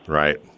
right